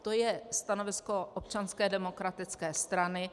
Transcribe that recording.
To je stanovisko Občanské demokratické strany.